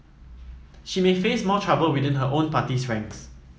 she may face more trouble within her own party's ranks